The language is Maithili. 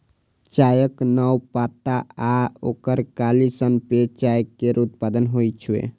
चायक नव पात आ ओकर कली सं पेय चाय केर उत्पादन होइ छै